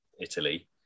Italy